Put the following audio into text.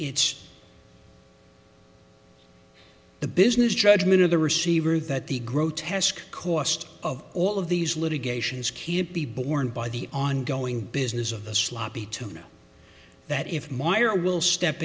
it's the business judgment of the receiver that the grotesque cost of all of these litigations can't be borne by the ongoing business of the sloppy tuna that if meyer will step